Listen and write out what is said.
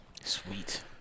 Sweet